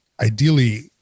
ideally